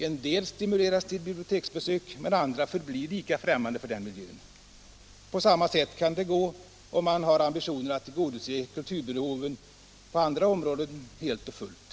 En del stimuleras till biblioteksbesök, men andra förblir lika främmande för den miljön. På samma sätt kan det gå, om man har ambitionen att tillgodose kulturbehoven på andra områden helt och fullt.